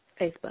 Facebook